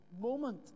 moment